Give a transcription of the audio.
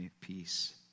peace